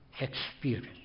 experience